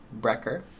Brecker